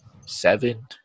seven